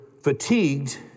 fatigued